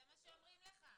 זה מה שאומרים לך.